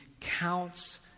counts